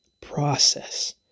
process